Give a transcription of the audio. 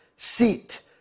seat